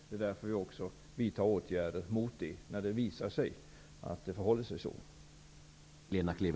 Det är därför som vi vidtar åtgärder mot dem.